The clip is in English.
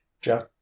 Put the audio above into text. Jeff